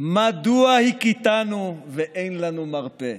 "מדוע הכיתנו ואין לנו מרפא.